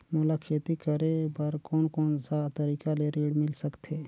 मोला खेती करे बर कोन कोन सा तरीका ले ऋण मिल सकथे?